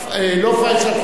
לא פייסל חוסייני,